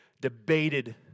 debated